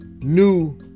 new